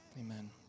amen